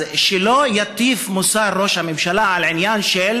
אז שראש הממשלה לא יטיף מוסר, על העניין של